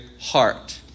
heart